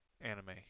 anime